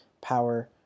power